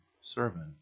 servant